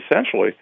essentially